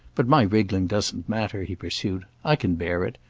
but my wriggling doesn't matter, he pursued. i can bear it.